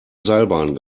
seilbahn